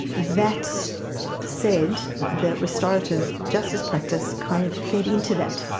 that said, the restorative justice practice kind of fed into that,